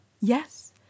Yes